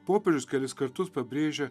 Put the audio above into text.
popiežius kelis kartus pabrėžia